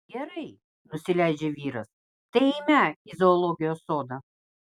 gerai nusileidžia vyras tai eime į zoologijos sodą